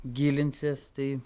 gilinsies tai